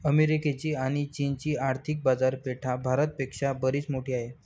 अमेरिकेची आणी चीनची आर्थिक बाजारपेठा भारत पेक्षा बरीच मोठी आहेत